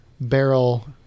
Barrel